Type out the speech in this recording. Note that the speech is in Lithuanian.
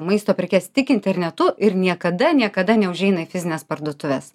maisto prekes tik internetu ir niekada niekada neužeina į fizines parduotuves